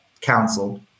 counseled